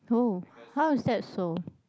oh how is that so